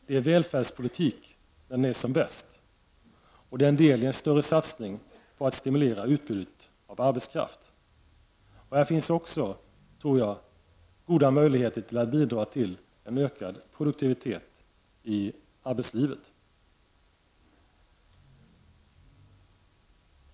Det är välfärdspolitik när den är som bäst. Och det är en del i en större satsning för att stimulera utbudet av arbetskraft. Här finns också goda möjligheter att bidra till en ökad produktivitet i arbetslivet.